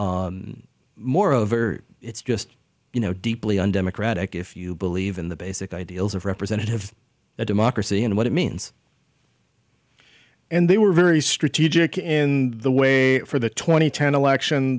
moreover it's just you know deeply undemocratic if you believe in the basic ideals of representative democracy and what it means and they were very strategic and the wait for the twenty turn election